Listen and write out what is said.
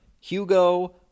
Hugo